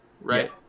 right